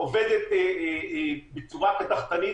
הכנסת עובדת בצורה קדחתנית,